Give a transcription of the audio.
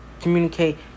communicate